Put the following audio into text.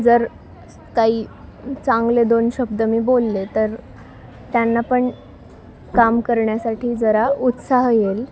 जर काही चांगले दोन शब्द मी बोलले तर त्यांना पण काम करण्यासाठी जरा उत्साह येईल